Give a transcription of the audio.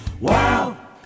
wow